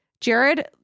jared